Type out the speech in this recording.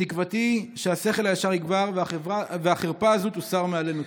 תקוותי היא שהשכל הישר יגבר והחרפה הזאת תוסר מעלינו.